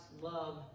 love